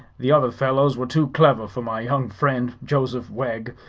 the other fellows were too clever for my young friend, joseph wegg,